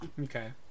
Okay